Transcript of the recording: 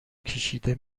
کشیده